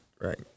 right